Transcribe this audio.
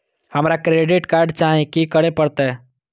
हमरा credit card चाही की करे परतै?